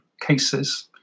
cases